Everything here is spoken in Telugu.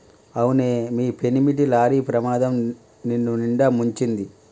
అవునే మీ పెనిమిటి లారీ ప్రమాదం నిన్నునిండా ముంచింది